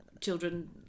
children